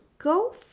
go